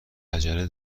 عجله